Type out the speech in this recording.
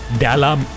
dalam